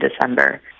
December